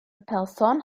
person